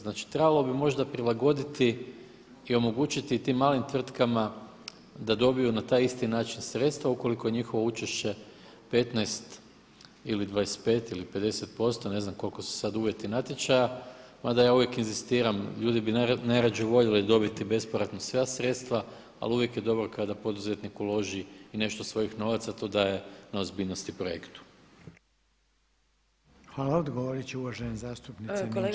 Znači trebalo bi možda prilagoditi i omogućiti tim malim tvrtkama da dobiju na taj isti način sredstva ukoliko je njihovo učešće 15 ili 25 ili 50%, ne znam koliko su sad uvjeti natječaja mada ja uvijek inzistiram, ljudi bi najrađe voljeli dobiti bespovratna sredstva ali uvijek je dobro kada poduzetnik uloži i nešto svojih novaca to daje na ozbiljnosti projektu.